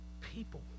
people